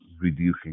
reducing